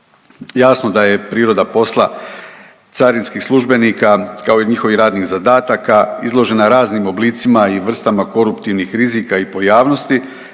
Jasno da je priroda posla carinskih službenika kao i njihovih radnih zadataka izložena raznim oblicima i vrstama koruptivnih rizika i pojavnosti,